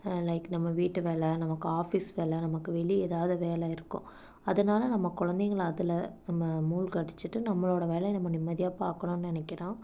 like நம்ம வீட்டு வேலை நமக்கு ஆஃபீஸ் வேலை நமக்கு வெளியே எதாவது வேலை இருக்கும் அதனால் நம்ம கொழந்தைங்கள அதில் நம்ம மூழ்கடிச்சுட்டு நம்மளோடய வேலை நம்ம நிம்மதியாக பார்க்கணுன்னு நினைக்கிறோம்